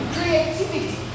Creativity